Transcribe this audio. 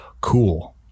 Cool